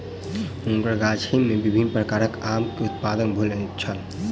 हुनकर गाछी में विभिन्न प्रकारक आम के उत्पादन होइत छल